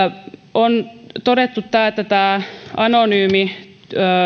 on todettu että anonyymi